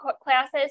classes